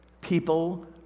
People